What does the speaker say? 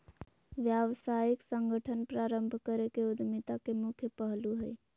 व्यावसायिक संगठन प्रारम्भ करे के उद्यमिता के मुख्य पहलू हइ